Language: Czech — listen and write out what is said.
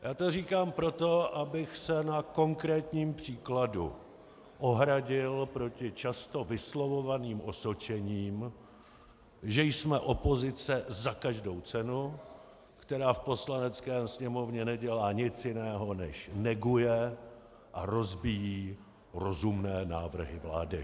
Já to říkám proto, abych se na konkrétním příkladu ohradil proti často vyslovovaným osočením, že jsme opozice za každou cenu, která v Poslanecké sněmovně nedělá nic jiného než neguje a rozbíjí rozumné návrhy vlády.